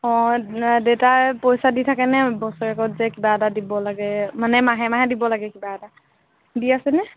অঁ দেউতাই পইচা দি থাকেনে বছৰেকত যে কিবা এটা দিব লাগে মানে মাহে মাহে দিব লাগে কিবা এটা দি আছেনে